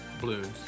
blues